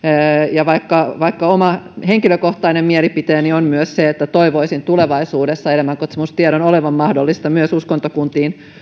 ja vaikka vaikka oma henkilökohtainen mielipiteeni on myös se että toivoisin tulevaisuudessa elämänkatsomustiedon olevan mahdollista myös uskontokuntiin